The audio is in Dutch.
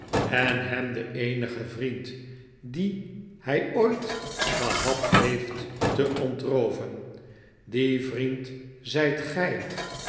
en hem den eenigen vriend dien hij ooit gehad heeft te ontrooven die vriend zijt gij